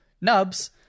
Nub's